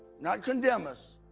not condemn us.